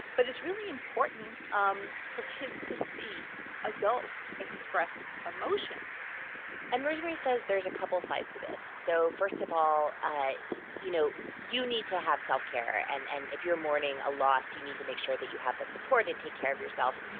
but it's really important um for kids to see adults express emotions and rosemarie says there's a couple sides to this. so first of all, ah you know, you need to have self-care. and and if you're mourning a loss, you need to make sure that you have that support and take care of yourself.